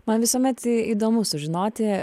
man visuomet įdomu sužinoti